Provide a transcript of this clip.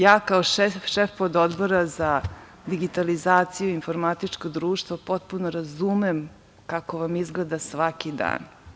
Ja kao šef Pododbora za digitalizaciju i informatičko društvo potpuno razumem kako vam izgleda svaki dan.